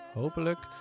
hopelijk